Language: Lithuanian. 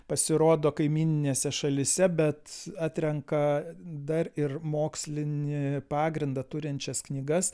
pasirodo kaimyninėse šalyse bet atrenka dar ir mokslinį pagrindą turinčias knygas